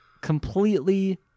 Completely